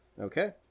Okay